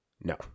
No